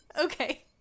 Okay